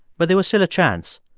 but there was still a chance.